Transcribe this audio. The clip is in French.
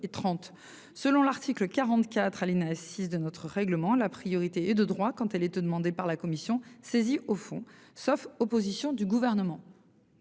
de l'article 44, alinéa 6, de notre règlement, la priorité est de droit quand elle est demandée par la commission saisie au fond, sauf opposition du Gouvernement.